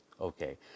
Okay